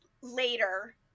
later